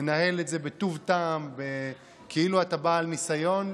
מנהל את זה בטוב טעם כאילו אתה בעל ניסיון.